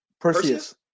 Perseus